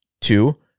Two